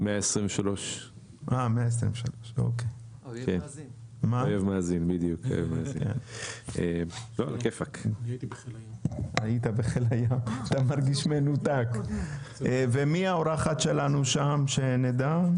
123. ומי האורחת שלנו שם, שנדע?